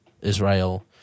Israel